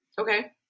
okay